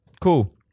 cool